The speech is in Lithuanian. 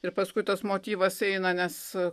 ir paskui tas motyvas eina nes